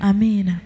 Amen